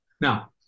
Now